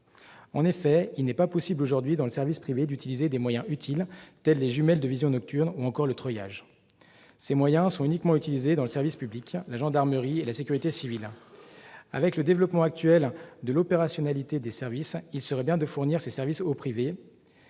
privé, il n'est aujourd'hui pas possible d'avoir recours à des moyens utiles, comme les jumelles de vision nocturne ou encore le treuillage. Ces moyens sont uniquement utilisés dans le service public, la gendarmerie et la sécurité civile. Avec le développement actuel et l'opérationnalité des services, il serait bien de fournir ces moyens au